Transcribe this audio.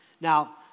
Now